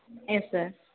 yes sir